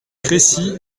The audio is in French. crécy